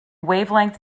wavelength